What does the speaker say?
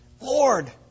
Lord